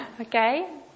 Okay